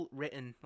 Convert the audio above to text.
written